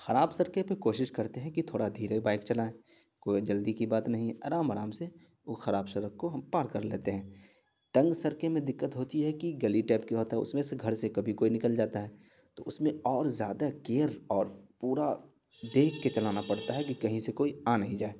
خراب سڑکیں پہ کوشش کرتے ہیں کہ تھوڑا دھیرے بائک چلائیں کوئی جلدی کی بات نہیں ہے آرام آرام سے وہ خراب سڑک کو ہم پار کر لیتے ہیں تنگ سڑکیں میں دقت ہوتی ہے کہ گلی ٹائپ کا ہوتا ہے اس میں سے گھر سے کبھی کوئی نکل جاتا ہے تو اس میں اور زیادہ گیئر اور پورا دیکھ کے چلانا پڑتا ہے کہ کہیں سے کوئی آ نہیں جائے